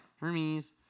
Hermes